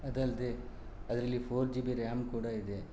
ಅದಲ್ಲದೆ ಅದರಲ್ಲಿ four G B RAM ಕೂಡ ಇದೆ